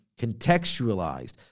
contextualized